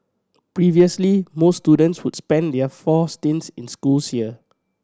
previously most students would spend their four stints in schools here